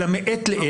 אלא מעת לעת.